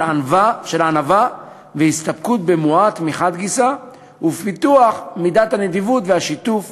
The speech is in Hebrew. ענווה והסתפקות במועט מחד גיסא ופיתוח מידת הנדיבות והשיתוף